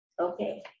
Okay